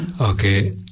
Okay